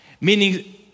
meaning